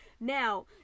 Now